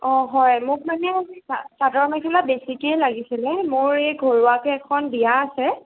অ হয় মোক মানে চা চাদৰ মেখেলা বেছিকৈয়ে লাগিছিলে মোৰ এই ঘৰুৱাকৈ এখন বিয়া আছে